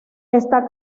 está